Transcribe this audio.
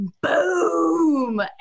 boom